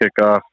kickoff